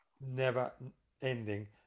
never-ending